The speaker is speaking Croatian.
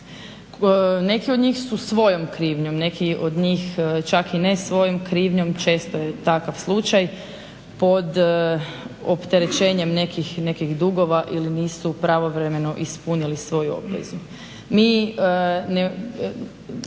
Neki od njih su svojom krivnjom, neki od njih čak i ne svojom krivnjom, često je takav slučaj, pod opterećenjem nekih dugova ili nisu pravovremeno ispunili svoju obvezu.